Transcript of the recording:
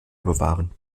bewahren